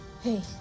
Hey